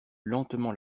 lentement